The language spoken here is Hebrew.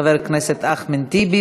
חבר הכנסת אחמד טיבי.